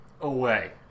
away